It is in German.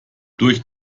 durch